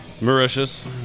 Mauritius